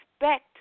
expect